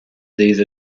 these